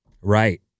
Right